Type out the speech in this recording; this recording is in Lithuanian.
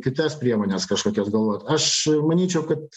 kitas priemones kažkokias galvot aš manyčiau kad